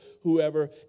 whoever